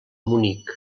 munic